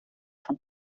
von